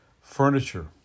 furniture